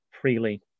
freely